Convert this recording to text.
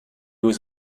was